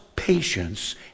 patience